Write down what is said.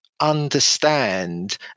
understand